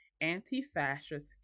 anti-fascist